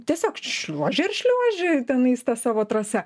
tiesiog šliuoži ir šliuoži tenais ta savo trasa